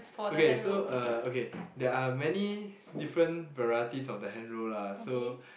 okay so uh okay there are many different varieties of the hand roll lah so